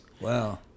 Wow